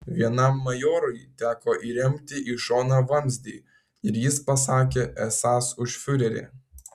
vienam majorui teko įremti į šoną vamzdį ir jis pasakė esąs už fiurerį